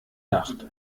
nacht